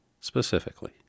specifically